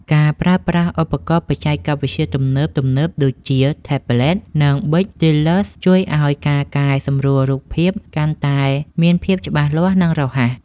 ការប្រើប្រាស់ឧបករណ៍បច្ចេកវិទ្យាទំនើបៗដូចជា ថេប្លេត និង ប៊ិចស្ទីលឡឺស ជួយឱ្យការកែសម្រួលរូបភាពកាន់តែមានភាពច្បាស់លាស់ និងរហ័ស។